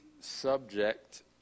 subject